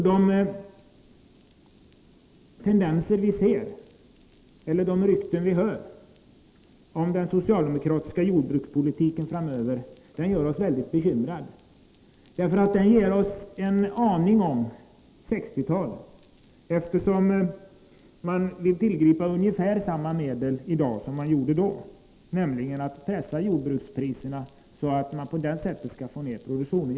De tendenser vi ser och de rykten vi hör om den socialdemokratiska jordbrukspolitiken framöver gör oss mycket bekymrade. De ger oss en aning om 1960-talet. Man vill tillgripa ungefär samma medel i dag som man gjorde då, nämligen att pressa jordbrukspriserna för att på det sättet få ner produktionen.